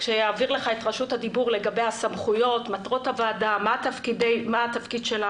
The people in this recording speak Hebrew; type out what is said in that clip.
לגבי הסמכויות, מטרות הוועדה ותפקידה.